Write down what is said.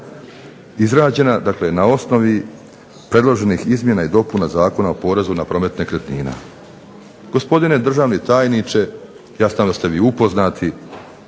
izrađena dakle na osnovi predloženih izmjena i dopuna Zakona o porezu na promet nekretnina. Gospodine državni tajniče jasno da ste vi upoznati,